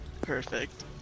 Perfect